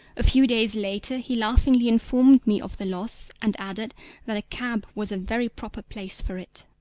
a few days later he laughingly informed me of the loss, and added that a cab was a very proper place for it.